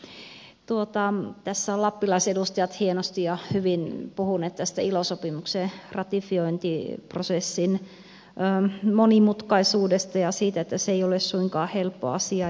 tässä ovat lappilaisedustajat hienosti ja hyvin puhuneet tästä ilo sopimuksen ratifiointiprosessin monimutkaisuudesta ja siitä että se ei ole suinkaan helppo asia